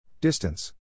Distance